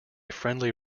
friendly